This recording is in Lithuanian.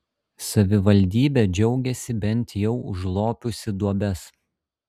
savivaldybė džiaugiasi bent jau užlopiusi duobes